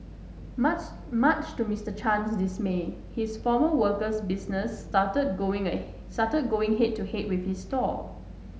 much much to Mister Chen's dismay his former worker's business started going started going head to head with his stall